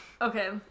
Okay